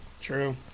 True